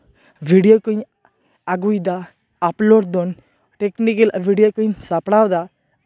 video ᱠᱚᱸᱧ ᱟᱹᱜᱩᱭᱮᱫᱟ upload ᱮᱫᱟᱹᱧ ᱴᱮᱠᱱᱤᱠᱮᱞ ᱵᱷᱤᱰᱤᱭᱳ ᱠᱚᱸᱧ ᱥᱟᱯᱲᱟᱣ ᱮᱫᱟ